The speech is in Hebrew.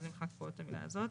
אז נמחק פה את המילה הזאת.